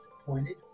appointed